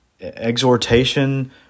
exhortation